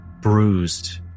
bruised